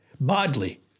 badly